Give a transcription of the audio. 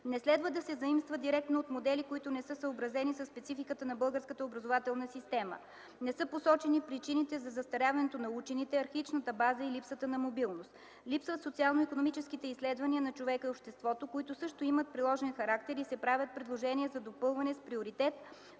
Не следва да се заимства директно от модели, които не са съобразени със спецификата на българската образователна система. Не са посочени причините за застаряването на учените, архаичната база и липсата на мобилност. Липсват социално-икономическите изследвания на човека и обществото, които също имат приложен характер и се правят предложения за допълване с приоритет